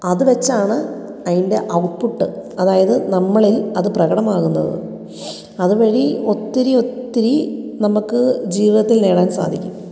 അത് വെച്ചാണ് അതിൻ്റെ ഔട്ട്പുട്ട് അതായത് നമ്മളിൽ അത് പ്രകടമാകുന്നത് അതുവഴി ഒത്തിരി ഒത്തിരി നമുക്ക് ജീവിതത്തിൽ നേടാൻ സാധിക്കും